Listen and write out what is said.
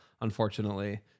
unfortunately